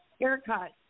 haircut